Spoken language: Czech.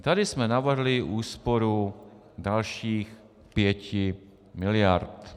Tady jsme navrhli úsporu dalších 5 miliard.